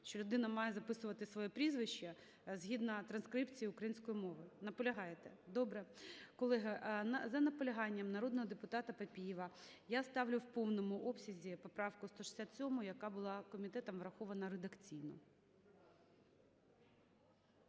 що людина має записувати своє прізвище згідно транскрипції української мови. Наполягаєте? Добре. Колеги, за наполяганням народного депутата Папієва я ставлю у повному обсязі поправку 167, яка була комітетом врахована редакційно.